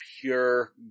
pure